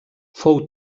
fou